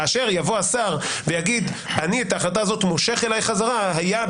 כאשר יבוא השר ויגיד: אני מושך אליי חזרה את ההחלטה הזאת,